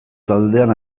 taldean